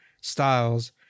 styles